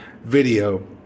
video